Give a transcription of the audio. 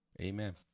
Amen